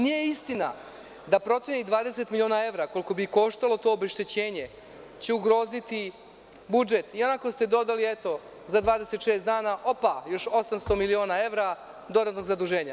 Nije istina da 20 miliona evra, koliko bi koštalo to obeštećenje, će ugroziti budžet, ionako ste dodali za 26 dana još 800 miliona evra dodatnog zaduženja.